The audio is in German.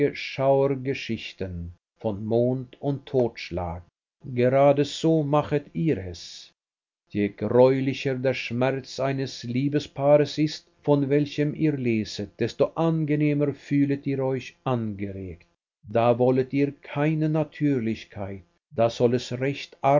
schauergeschichten von mord und totschlag gerade so machet ihr es je greulicher der schmerz eines liebespaares ist von welchem ihr leset desto angenehmer fühlet ihr euch angeregt da wollet ihr keine natürlichkeit da soll es recht